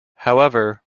however